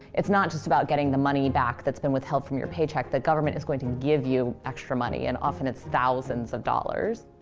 it's not just about getting the money back that's been withheld from your paycheck. the government is going to give you extra money. and, often, it's thousands of dollars.